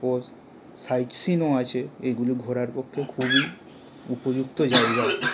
ও sight সিনও আছে এগুলো ঘোরার পক্ষেও খুবই উপযুক্ত জায়গা